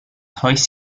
hoist